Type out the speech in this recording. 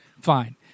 fine